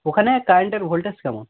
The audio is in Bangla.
ওখানে কারেন্টের ভোল্টেজ কেমন